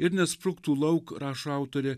ir netspruktų lauk rašo autorė